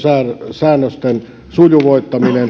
säännösten sujuvoittaminen